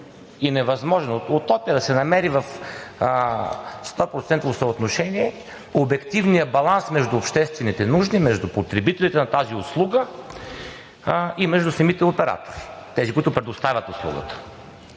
е невъзможно… Утопия е да се намери в 100-процентово съотношение обективният баланс на обществените нужди между потребителите на тази услуга и между самите оператори – тези, които предоставят услугата,